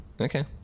Okay